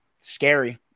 scary